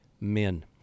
men